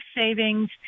savings